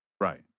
Right